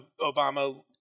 Obama